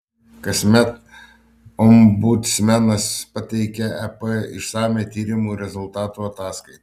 kasmet ombudsmenas pateikia ep išsamią tyrimų rezultatų ataskaitą